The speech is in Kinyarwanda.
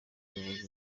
buyobozi